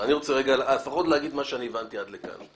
אני רוצה רגע לפחות להגיד מה שאני הבנתי עד לכאן.